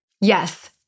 Yes